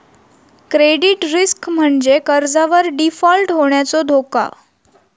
credit risk म्हणजे कर्जावर default होण्याचो धोका